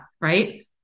Right